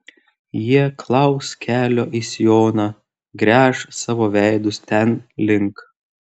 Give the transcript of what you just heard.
jie klaus kelio į sioną gręš savo veidus ten link